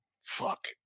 Fuck